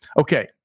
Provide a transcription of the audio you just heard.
Okay